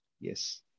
Yes